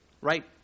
right